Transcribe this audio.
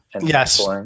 yes